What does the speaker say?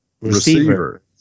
receiver